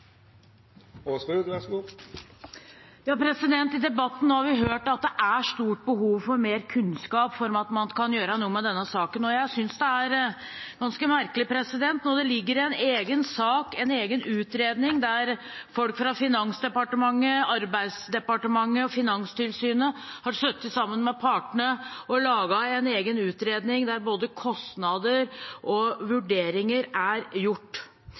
stort behov for mer kunnskap for at man kan gjøre noe med denne saken. Jeg synes det er ganske merkelig – når det foreligger en egen sak der folk fra Finansdepartementet, Arbeids- og sosialdepartementet og Finanstilsynet har sittet sammen med partene og laget en egen utredning om både kostnader og vurderinger. Man dytter i denne saken trepartssamarbeidet foran seg og er